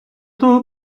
того